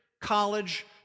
college